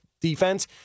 defense